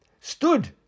stood